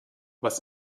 was